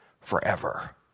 forever